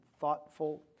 thoughtful